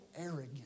arrogant